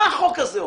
מה החוק הזה אומר?